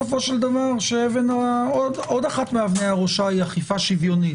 בסופו של דבר עוד אחת מאבני הראשה זו אכיפה שוויונית.